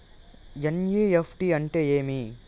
NEFT అంటే ఏమి